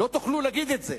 לא תוכלו להגיד את זה.